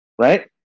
Right